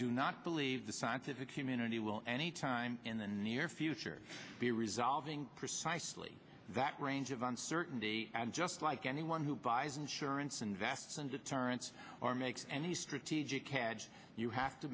do not believe the scientific community will any time in the near future be resolving precisely that range of uncertainty and just like anyone who buys insurance invests and determent or makes any strategic cadge you have to